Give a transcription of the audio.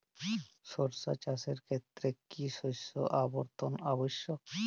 সরিষা চাষের ক্ষেত্রে কি শস্য আবর্তন আবশ্যক?